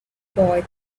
boy